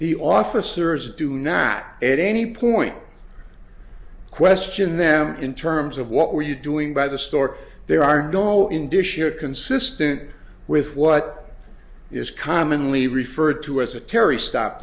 the officers do not at any point questioned them in terms of what were you doing by the store there are no in dish it consistent with what is commonly referred to as a terry stop